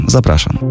Zapraszam